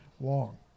long